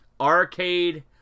arcade